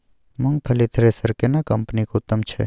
मूंगफली थ्रेसर केना कम्पनी के उत्तम छै?